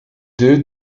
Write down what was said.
deux